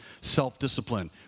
self-discipline